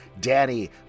Danny